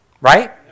Right